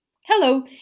Hello